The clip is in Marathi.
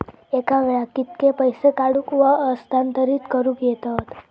एका वेळाक कित्के पैसे काढूक व हस्तांतरित करूक येतत?